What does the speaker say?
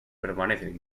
permanecen